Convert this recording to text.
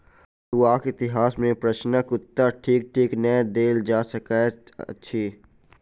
पटुआक इतिहास के प्रश्नक उत्तर ठीक ठीक नै देल जा सकैत अछि